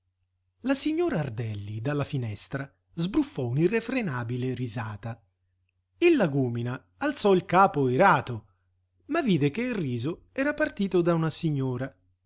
la signora ardelli dalla finestra sbruffò un'irrefrenabile risata il lagúmina alzò il capo irato ma vide che il riso era partito da una signora